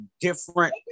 different